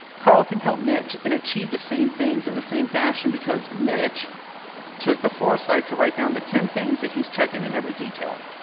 carl can help mitch and achieve the same things in the same fashion because mitch took the foresight to write down the ten things that he's checking in every detail.